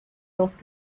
off